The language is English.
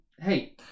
Hey